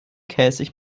käsig